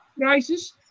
prices